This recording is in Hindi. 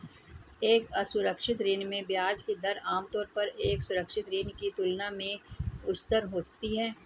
एक असुरक्षित ऋण में ब्याज की दर आमतौर पर एक सुरक्षित ऋण की तुलना में उच्चतर होती है?